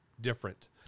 different